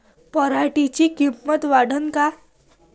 पराटीची किंमत वाढन का?